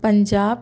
Punjab